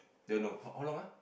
don't know how how long ah